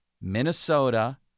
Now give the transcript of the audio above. Minnesota